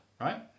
right